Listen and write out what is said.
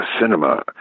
cinema